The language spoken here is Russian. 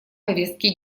повестки